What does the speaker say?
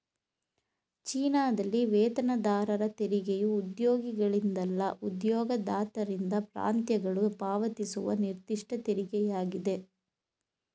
ಚೀನಾದಲ್ಲಿ ವೇತನದಾರರ ತೆರಿಗೆಯು ಉದ್ಯೋಗಿಗಳಿಂದಲ್ಲ ಉದ್ಯೋಗದಾತರಿಂದ ಪ್ರಾಂತ್ಯಗಳು ಪಾವತಿಸುವ ನಿರ್ದಿಷ್ಟ ತೆರಿಗೆಯಾಗಿದೆ